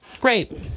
Great